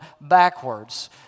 backwards